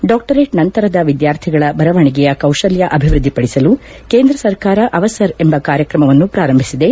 doctorate ನಂತರದ ವಿದ್ಯಾರ್ಥಿಗಳ ಬರವಣಿಗೆಯ ಕೌಶಲ್ಯ ಅಭಿವೃದ್ದಿಪಡಿಸಲು ಕೇಂದ್ರ ಸರ್ಕಾರ ಅವಸರ್ ಎಂಬ ಕಾರ್ಯಕ್ರಮವನ್ನು ಪೂರಂಭಿಸಿದೆ